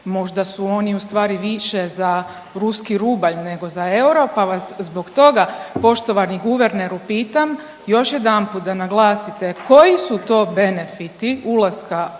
možda su oni ustvari više za ruski rubalj nego za euro pa vas zbog toga poštovani guverneru pitam još jedanput da naglasite koji su to benefiti ulaska u